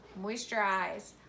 moisturize